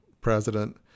president